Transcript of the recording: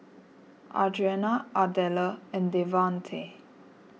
Adriana Ardella and Devante